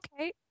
okay